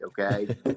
Okay